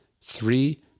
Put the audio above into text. Three